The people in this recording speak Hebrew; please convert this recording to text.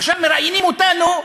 עכשיו מראיינים אותנו,